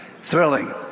thrilling